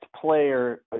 player